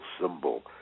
symbol